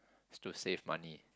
is to save money